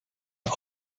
are